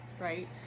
right